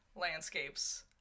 landscapes